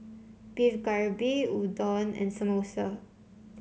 Beef Galbi Udon and Samosa